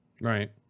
Right